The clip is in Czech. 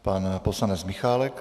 Pan poslanec Michálek.